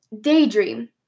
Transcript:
daydream